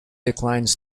declines